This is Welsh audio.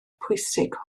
pwysig